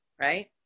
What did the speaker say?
right